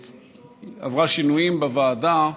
היא עברה שינויים בוועדה: